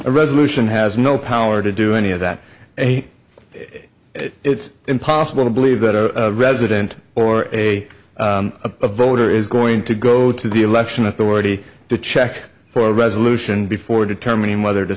resolution has no power to do any of that they it's impossible to believe that a resident or a voter is going to go to the election authority to check for a resolution before determining whether to